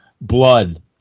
blood